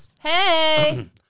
Hey